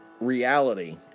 reality